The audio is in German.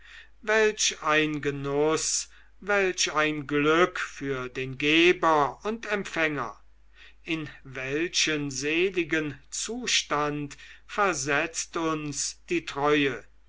welch ein genuß welch ein glück für den geber und empfänger in welchen seligen zustand versetzt uns die treue